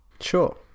Sure